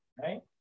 right